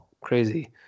crazy